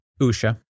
Usha